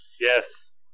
Yes